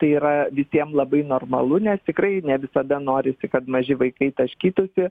tai yra visiems labai normalu nes tikrai ne visada norisi kad maži vaikai taškytųsi